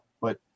but-